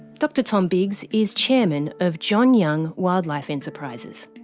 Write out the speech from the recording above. dr tom biggs is chairman of john young wildlife enterprises.